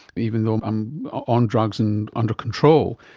even though i'm on drugs and under control.